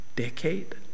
Decade